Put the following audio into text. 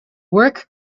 work